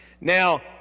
Now